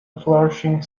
flourishing